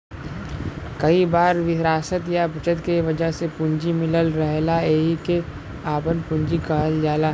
कई बार विरासत या बचत के वजह से पूंजी मिलल रहेला एहिके आपन पूंजी कहल जाला